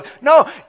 No